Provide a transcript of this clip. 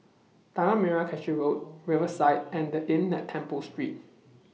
Tanah Merah Kechil Road Riverside and The Inn At Temple Street